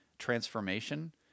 transformation